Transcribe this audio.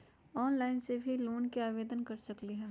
Online से भी loan के आवेदन कर सकलीहल?